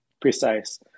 precise